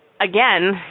again